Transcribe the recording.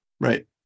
Right